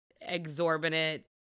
exorbitant